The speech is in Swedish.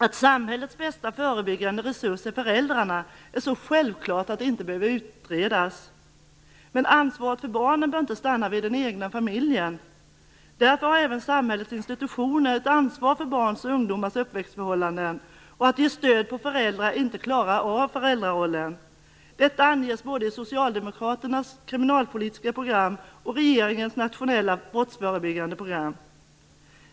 Att samhällets bästa förebyggande resurs är föräldrarna är så självklart att det inte behöver utredas. Men ansvaret för barnen bör inte stanna vid den egna familjen. Därför har även samhällets institutioner ett ansvar för barns och ungdomars uppväxtförhållanden och för att ge stöd då föräldrar inte klarar av föräldrarollen. Detta anges både i socialdemokraternas kriminalpolitiska program och i regeringens nationella brottsförebyggande program.